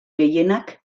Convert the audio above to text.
gehienak